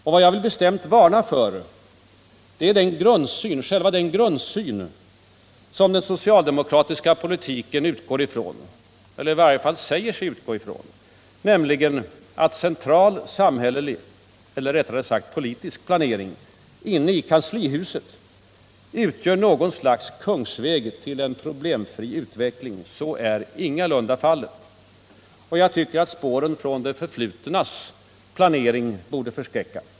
Men vad jag bestämt vill varna för är själva den grundsyn som den socialdemokratiska politiken utgår ifrån eller i varje fall säger sig utgå ifrån, nämligen att central samhällelig eller — rättare sagt — politisk planering i kanslihuset utgör något slags kungsväg till en problemfri utveckling. Så är ingalunda fallet. Jag tycker att spåren från det förflutnas planering borde förskräcka.